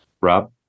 Rob